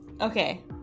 Okay